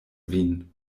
vin